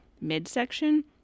midsection